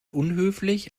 unhöflich